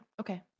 Okay